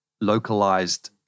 localized